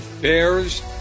Bears